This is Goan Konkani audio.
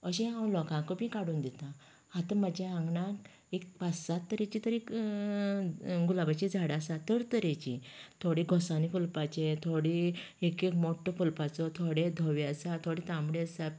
अशेें हांव लोकांक बीन काडून दिता आता म्हज्या आंगणांत एक पांच सात तरेची तरी गुलांबाची झाडां आसात तरतरेची थोडी घोंसांनी फुलपाची थोडी एक एक मोट्टो फुलपाचो थोडे धवें आसा थोडे तांबडे आसा